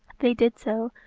they did so,